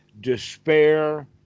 despair